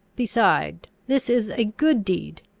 beside, this is a good deed,